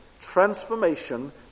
transformation